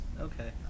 Okay